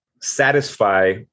satisfy